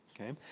Okay